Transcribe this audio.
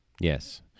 Yes